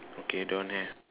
okay don't have